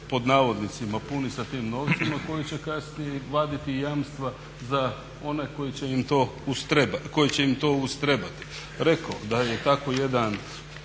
pod navodnicima puni sa tim novcima koji će kasnije vaditi jamstva za one koji će im to ustrebati. Rekoh da je tako jedan